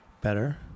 Better